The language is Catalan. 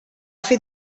fer